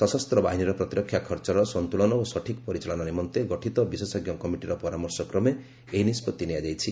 ସଶସ୍ତ୍ର ବାହିନୀର ପ୍ରତିରକ୍ଷା ଖର୍ଚ୍ଚର ସନ୍ତୁଳନ ଓ ସଠିକ୍ ପରିଚାଳନା ନିମନ୍ତେ ଗଠିତ ବିଶେଷଜ୍ଞ କମିଟିର ପରାମର୍ଶକ୍ରମେ ଏହି ନିଷ୍ପଭି ନିଆଯାଇଛି